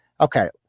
Okay